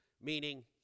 meaning